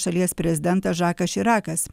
šalies prezidentas žakas širakas